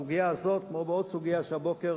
בסוגיה הזאת, כמו בעוד סוגיה שהבוקר